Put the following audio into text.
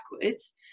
backwards